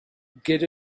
get